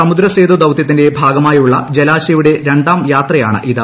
സമൂദ്രസേതു ദൌത്യത്തിന്റെ ഭാഗമായുള്ള ജലാശ്ചയുടെ രണ്ടാം യാത്രയാണ് ഇത്